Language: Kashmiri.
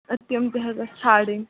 تِم تہِ حظ ٲسۍ ژھاڑٕنۍ